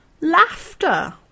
laughter